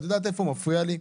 אבל את יודעת איפה מפריע לי?